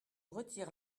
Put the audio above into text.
retire